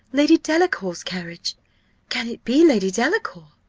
lady delacour's carriage can it be lady delacour?